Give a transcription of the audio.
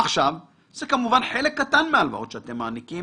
עכשיו זה כמובן חלק קטן מההלוואות שאתם מעניקים